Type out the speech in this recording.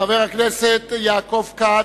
חבר הכנסת יעקב כץ,